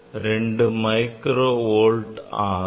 412 micro volt ஆகும்